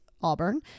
Auburn